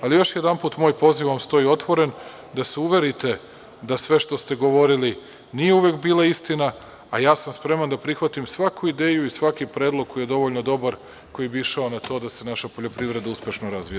Ali, još jedanput, moj poziv vam stoji otvoren, da se uverite da sve što ste govorili nije uvek bila istina, a ja sam spreman da prihvatim svaku ideju i svaki predlog koji je dovoljno dobar, koji bi išao na to da se naša poljoprivreda uspešno razvija.